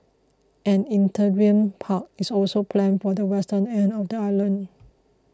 an interim park is also planned for the western end of the island